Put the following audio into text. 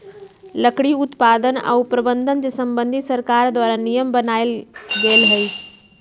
लकड़ी उत्पादन आऽ प्रबंधन से संबंधित सरकार द्वारा नियम बनाएल गेल हइ